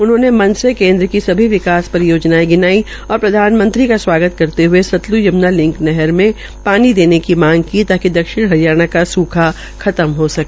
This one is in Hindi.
उन्होंने मंच पर केन्द्र की सभी विकास परियोजनाओं गिनाई और प्रधानमंत्री का स्वागत करते हुए सतल्ज यम्ना लिंक नहर मे पानी देने का मांगकी ताकि दक्षिण हरियाणा का सूख खत्म हो सके